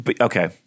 Okay